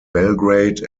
belgrade